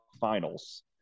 finals